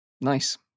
nice